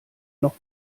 noch